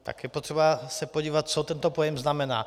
Tak je potřeba se podívat, co tento pojem znamená.